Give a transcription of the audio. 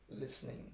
listening